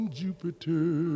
jupiter